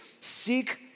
seek